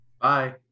Bye